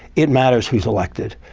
it matters who's elected.